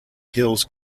hills